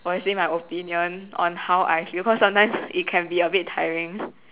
voicing my opinion on how I feel because sometimes it can a bit tiring